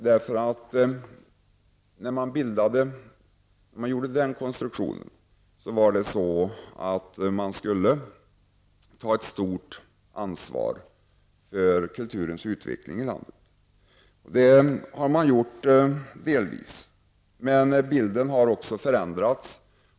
Avsikten med den konstruktionen var att man skulle ta ett stort ansvar för kulturens utveckling i landet. Det har man också delvis gjort, men bilden har delvis förändrats.